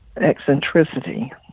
eccentricity